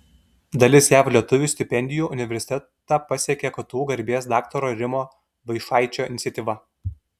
dalis jav lietuvių stipendijų universitetą pasiekia ktu garbės daktaro rimo vaičaičio iniciatyva